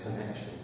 connection